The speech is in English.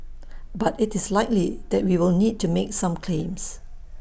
but IT is likely that we will need to make some claims